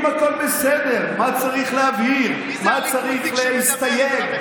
אם הכול בסדר, מה צריך להבהיר?